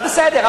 אז בסדר.